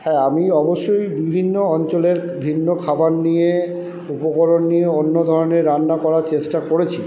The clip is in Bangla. হ্যাঁ আমি অবশ্যই বিভিন্ন অঞ্চলের ভিন্ন খাবার নিয়ে উপকরণ নিয়ে অন্য ধরণের রান্না করার চেষ্টা করেছি